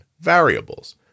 variables